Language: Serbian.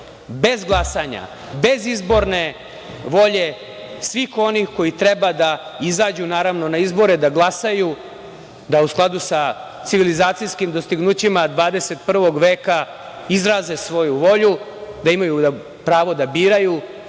bez glasanja, bez izborne volje svih onih koji treba da izađu na izbore i da glasaju, da u skladu sa civilizacijskim dostignućima 21. veka izraze svoju volju, da imaju pravo da biraju